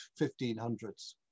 1500s